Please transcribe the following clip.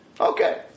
Okay